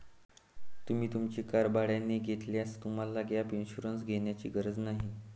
तुम्ही तुमची कार भाड्याने घेतल्यास तुम्हाला गॅप इन्शुरन्स घेण्याची गरज नाही